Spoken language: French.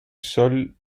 sols